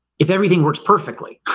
if everything works perfectly